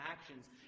actions